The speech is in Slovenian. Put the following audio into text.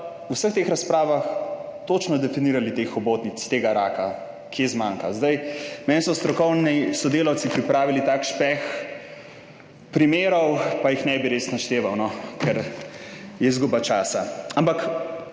v vseh teh razpravah točno definirali teh hobotnic, tega raka, kje zmanjka. Meni so strokovni sodelavci pripravili tak špeh primerov, pa jih ne bi res našteval no, ker je izguba časa. Ampak